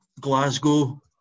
Glasgow